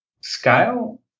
scale